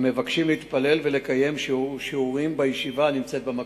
המבקשים להתפלל ולקיים שיעורים בישיבה הנמצאת במקום.